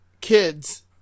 Kids